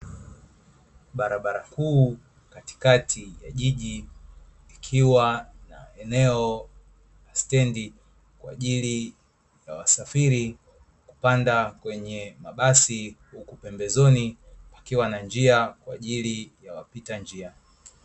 Barabara kuu katikati ya jiji ikiwa na eneo stendi kwa ajili ya wasafiri kupanda kwenye mabasi, huku pembezoni pakiwa na njia kwa ajili ya wapita njia.